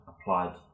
applied